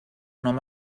nom